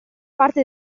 parte